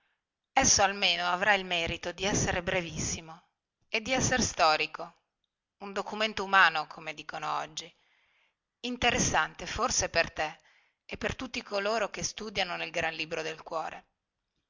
esso almeno avrà il merito di essere brevissimo e di esser storico un documento umano come dicono oggi interessante forse per te e per tutti coloro che studiano nel gran libro del cuore